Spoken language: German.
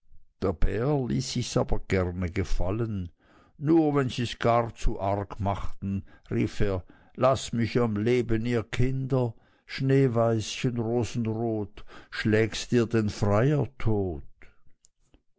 aber gerne gefallen nur wenn sies gar zu arg machten rief er laßt mich am leben ihr kinder schneeweißchen rosenrot schlägst dir den freier tot